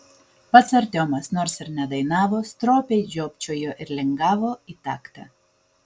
pats artiomas nors ir nedainavo stropiai žiopčiojo ir lingavo į taktą